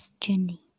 journey